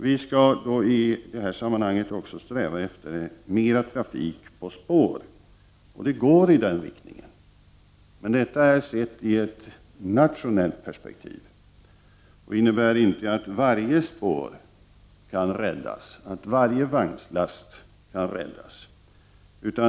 Vi skall i sammanhanget sträva efter mera trafik på spår, och utvecklingen går i den riktningen. Men detta är sett i ett nationellt perspektiv och innebär inte att varje spår och varje vagnslast kan räddas.